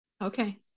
Okay